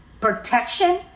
protection